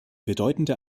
bedeutende